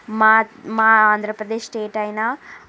మా మా ఆంధ్రప్రదేశ్ స్టేట్ అయినా